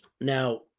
Now